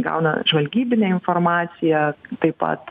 gauna žvalgybinę informaciją taip pat